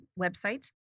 website